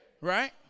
Right